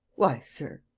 why, sir.